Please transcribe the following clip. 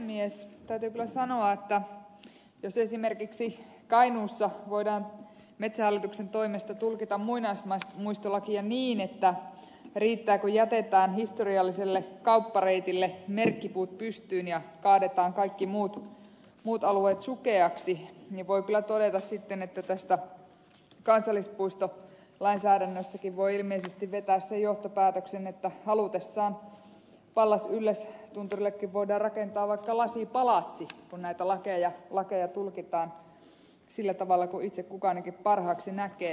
täytyy kyllä sanoa että jos esimerkiksi kainuussa voidaan metsähallituksen toimesta tulkita muinaismuistolakia niin että riittää kun jätetään historialliselle kauppareitille merkkipuut pystyyn ja kaadetaan kaikki muut alueet sukeaksi niin voi kyllä todeta sitten että tästä kansallispuistolainsäädännöstäkin voi ilmeisesti vetää sen johtopäätöksen että halutessaan pallasyllästunturillekin voidaan rakentaa vaikka lasipalatsi kun näitä lakeja tulkitaan sillä tavalla kuin itse kukin parhaaksi näkee